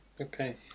Okay